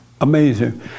Amazing